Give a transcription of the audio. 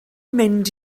mynd